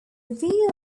view